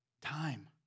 Time